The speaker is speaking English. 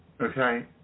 okay